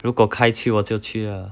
如果 kyle treat 我就去 ah